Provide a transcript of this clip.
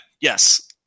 Yes